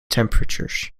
temperatures